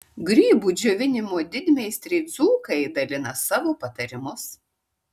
grybų džiovinimo didmeistriai dzūkai dalina savo patarimus